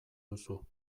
duzu